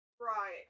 right